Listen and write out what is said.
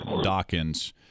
Dawkins